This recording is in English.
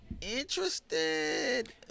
interested